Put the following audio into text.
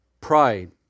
Pride